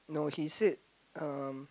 no he said um